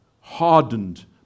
hardened